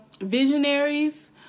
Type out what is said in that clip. visionaries